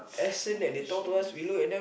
Malaysians